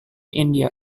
india